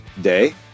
day